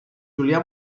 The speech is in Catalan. julià